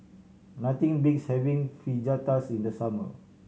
nothing beats having Fajitas in the summer